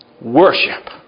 worship